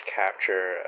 capture